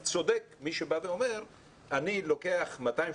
אז צודק מי שבא ואומר שהוא לוקח 280